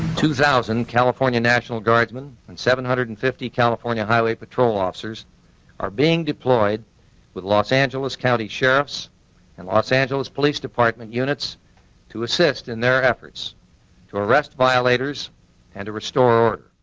two thousand california national guardsmen, and seven hundred and fifty california highway patrol officers are being deployed with the los angeles county sheriffs and los angeles police department units to assist in their efforts to arrest violators and to restore